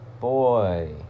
Boy